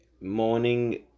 morning